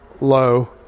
low